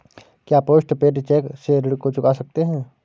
क्या post paid cheque से ऋण को चुका सकते हैं?